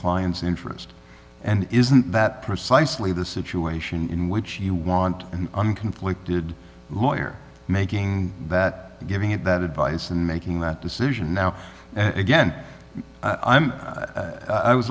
client's interest and isn't that precisely the situation in which you want and i'm conflicted lawyer making that giving it that advice and making that decision now and again